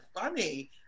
funny